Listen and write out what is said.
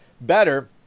better